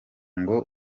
ngo